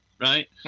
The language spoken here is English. right